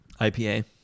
IPA